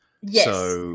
Yes